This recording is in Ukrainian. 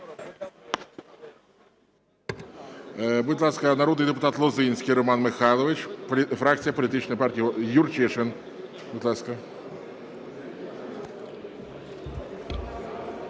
Будь ласка, народний депутат Лозинський Роман Михайлович, фракція політичної партії… Юрчишин, будь ласка.